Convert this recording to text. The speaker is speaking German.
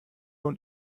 und